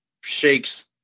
shakes